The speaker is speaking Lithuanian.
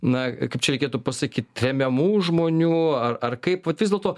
na kaip čia reikėtų pasakyt tremiamų žmonių ar ar kaip vat vis dėlto